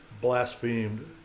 blasphemed